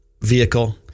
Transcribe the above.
vehicle